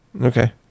Okay